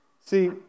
See